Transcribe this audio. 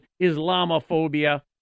Islamophobia